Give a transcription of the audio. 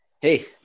hey